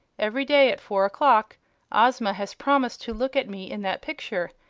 every day at four o'clock ozma has promised to look at me in that picture,